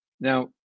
now